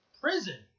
prison